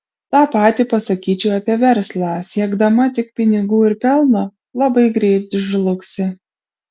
tą patį pasakyčiau apie verslą siekdama tik pinigų ir pelno labai greit žlugsi